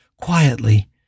Quietly